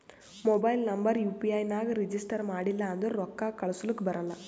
mobile number U P I ನಾಗ್ register ಮಾಡಿಲ್ಲ ಅಂದುರ್ ರೊಕ್ಕಾ ಕಳುಸ್ಲಕ ಬರಲ್ಲ